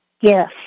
Yes